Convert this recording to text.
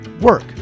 work